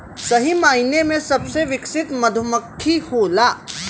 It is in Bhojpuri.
सही मायने में सबसे विकसित मधुमक्खी होला